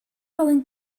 alun